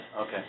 Okay